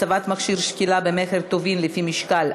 הצבת מכשיר שקילה במכר טובין לפי משקל),